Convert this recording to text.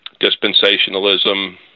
dispensationalism